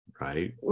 Right